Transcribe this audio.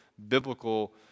biblical